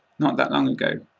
not that long ago.